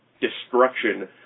destruction